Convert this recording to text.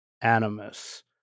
animus